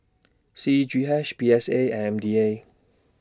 C G H P S A M D A